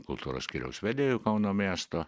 kultūros skyriaus vedėju kauno miesto